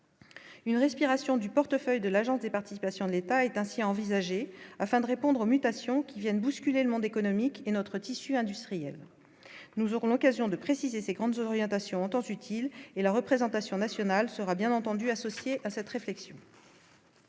une respiration du portefeuille de l'Agence des participations de l'État est ainsi envisagés afin de répondre aux mutations qui viennent bousculer le monde économique et notre tissu industriel, nous aurons l'occasion de préciser ses grandes orientations en temps utile et la représentation nationale sera bien entendu associée à cette réflexion.